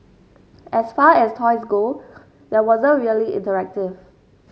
as far as toys go these weren't really interactive